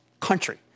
country